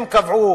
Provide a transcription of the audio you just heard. אם קבעו